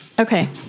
Okay